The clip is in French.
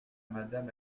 madame